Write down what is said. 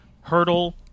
Hurdle